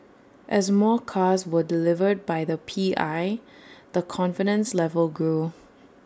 as more cars were delivered by the P I the confidence level grew